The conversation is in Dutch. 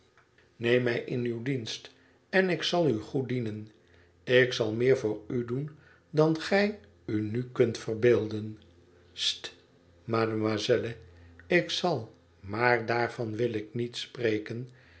neem mij in uw dienst en ik zal u goed dienen ik zal meer voor u doen dan gij u nu kunt verbeelden st mademoiselle ik zal maar daarvan wil ik niet spreken